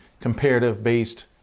comparative-based